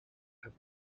have